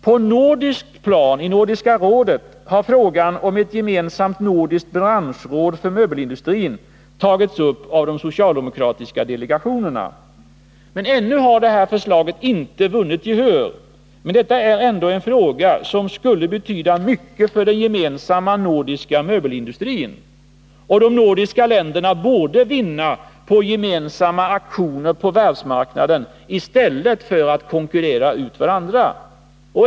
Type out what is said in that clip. På nordiskt plan, i Nordiska rådet, har frågan om ett gemensamt nordiskt branschråd för möbelindustrin tagits upp av de socialdemokratiska delegationerna. Ännu har förslaget inte vunnit gehör, men det är en fråga som skulle betyda mycket för den gemensamma nordiska möbelindustrin. De nordiska länderna borde vinna på gemensamma aktioner på världsmarknaden i stället för att konkurrera ut varandra.